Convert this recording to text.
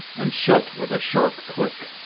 and shut with a sharp click.